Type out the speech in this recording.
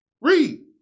Read